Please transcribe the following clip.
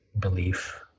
belief